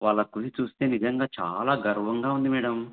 వాళ్ళ కుది చూస్తే నిజంగా చాలా గర్వంగా ఉంది మేడం